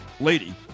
lady